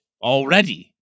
already